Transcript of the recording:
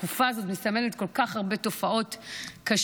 התקופה הזאת מסמלת כל כך הרבה תופעות קשות,